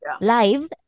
live